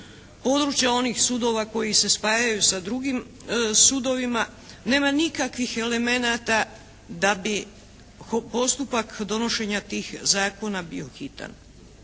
područje onih sudova koji se spajaju sa drugim sudovima nema nikakvih elemenata da bi postupak donošenja tih zakona bio hitan.